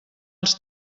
els